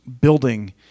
building